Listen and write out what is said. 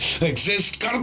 Exist